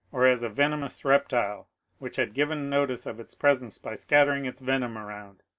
or as a venom ous reptile which had given notice of its presence by scatter ing its venom around.